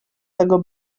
tego